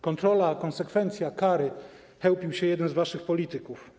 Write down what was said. Kontrola, konsekwencja, kary - chełpił się jeden z waszych polityków.